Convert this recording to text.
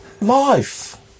Life